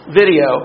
video